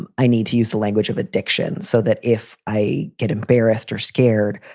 um i need to use the language of addiction so that if i get embarrassed or scared,